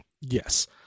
Yes